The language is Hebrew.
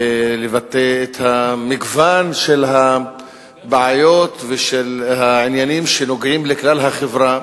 ולבטא את מגוון הבעיות והעניינים שנוגעים לחברה.